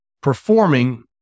performing